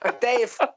Dave